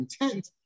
intent